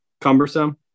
Cumbersome